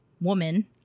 woman